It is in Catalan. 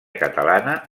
catalana